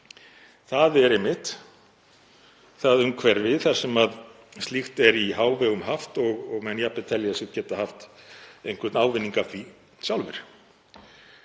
Það er einmitt það umhverfi þar sem slíkt er í hávegum haft og menn telja sig jafnvel geta haft einhvern ávinning af því sjálfir,